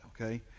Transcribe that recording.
Okay